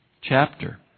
chapter